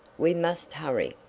we must hurry.